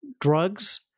drugs